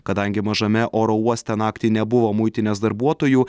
kadangi mažame oro uoste naktį nebuvo muitinės darbuotojų